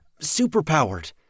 Superpowered